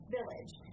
Village